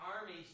armies